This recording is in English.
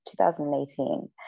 2018